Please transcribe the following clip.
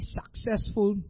successful